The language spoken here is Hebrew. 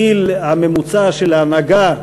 הגיל הממוצע של ההנהגה,